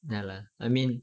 ya lah